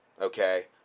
okay